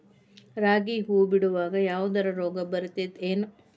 ರಾಗಿ ಹೂವು ಬಿಡುವಾಗ ಯಾವದರ ರೋಗ ಬರತೇತಿ ಏನ್?